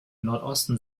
nordosten